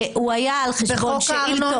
הוא היה על חשבון שאילתות.